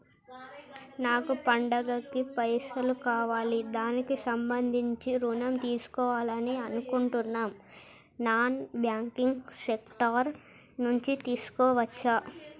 నాకు పండగ కి పైసలు కావాలి దానికి సంబంధించి ఋణం తీసుకోవాలని అనుకుంటున్నం నాన్ బ్యాంకింగ్ సెక్టార్ నుంచి తీసుకోవచ్చా?